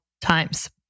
times